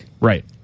Right